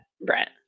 Brent